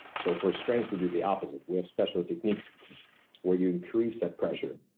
so for strength, we do the opposite. we have special techniques where you increase that pressure,